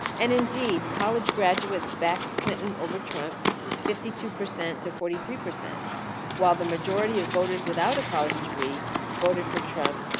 and in deed, college graduates backed clinton over trump fifty two percent to forty three, while the majority of voters without a college degree voted for trump,